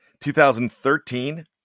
2013